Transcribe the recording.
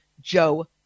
Joe